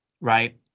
right